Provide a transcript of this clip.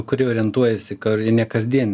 kuri orientuojasi karinė kasdien